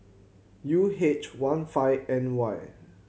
U H one five N Y